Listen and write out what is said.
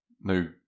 No